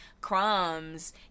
crumbs